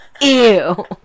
Ew